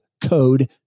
code